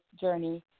journey